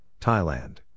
Thailand